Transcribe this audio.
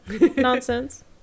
nonsense